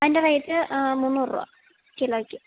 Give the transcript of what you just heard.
അതിൻ്റെ റേറ്റ് മൂന്നുറ് രൂപ കിലോയ്ക്ക്